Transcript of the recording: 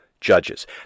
judges